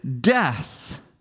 death